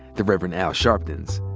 the revered al sharpton's.